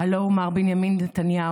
הלוא הוא מר בנימין נתניהו.